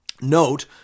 note